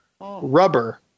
rubber